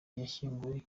yashyinguwe